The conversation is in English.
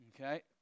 Okay